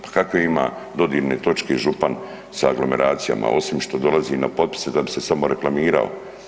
Pa kakve ima dodirne točke župan sa aglomeracijama osim što dolazi na potpise da bi se samo reklamirao.